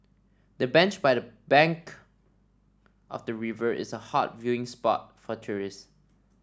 the bench by the bank of the river is a hot viewing spot for tourists